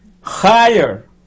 higher